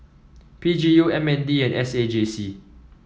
P G U M N D and S A J C